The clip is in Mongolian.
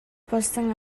болсон